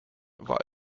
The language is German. war